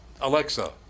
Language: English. Alexa